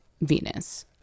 Venus